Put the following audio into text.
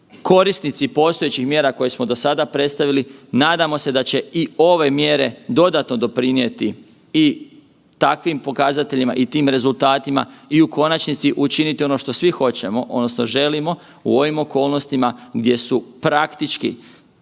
korisnici postojećih mjera koje smo do sada predstavili, nadamo se da će i ove mjere dodatno doprinijeti i takvim pokazateljima i tim rezultatima i u konačnici učiniti ono što svi hoćemo odnosno želimo u ovim okolnostima gdje su praktički